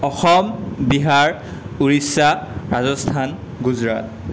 Assam Bihar Odisha Rajasthan Gujarat